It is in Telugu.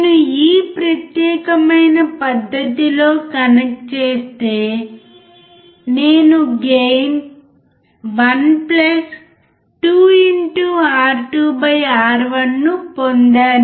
నేను ఈ ప్రత్యేకమైన పద్ధతిలో కనెక్ట్ చేస్తే నేను గెయిన్ 1 2 R2 R1 పొందాను